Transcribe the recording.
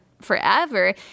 forever